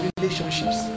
relationships